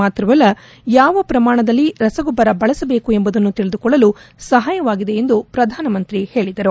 ಮಾತ್ರವಲ್ಲ ಯಾವ ಪ್ರಮಾಣದಲ್ಲಿ ರಸಗೊಬ್ಬರ ಬಳಸಬೇಕು ಎಂಬುದನ್ನು ತಿಳಿದುಕೊಳ್ಳಲು ಸಹಾಯವಾಗಿದೆ ಎಂದು ಪ್ರಧಾನಮಂತ್ರಿ ಹೇಳಿದರು